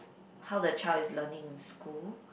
how the child is learning in school